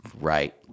Right